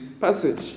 passage